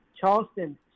Charleston